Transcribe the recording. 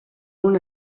una